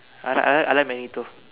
I I I like Magneto